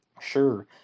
Sure